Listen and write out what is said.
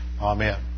Amen